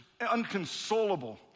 unconsolable